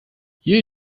you